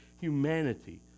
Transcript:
humanity